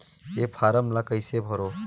ये फारम ला कइसे भरो?